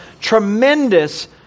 tremendous